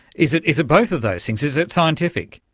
is it is it both of those things? is it scientific?